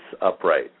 Upright